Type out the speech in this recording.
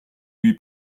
lui